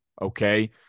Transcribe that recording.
okay